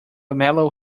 mellow